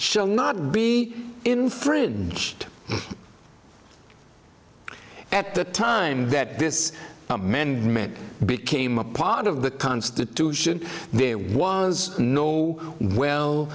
shall not be infringed at the time that this amendment became a part of the constitution there was no well